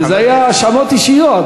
כי זה היה האשמות אישיות.